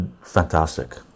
Fantastic